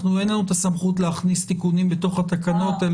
אין לנו את הסמכות להכניס תיקונים בתוך התקנות.